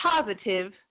positive